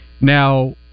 Now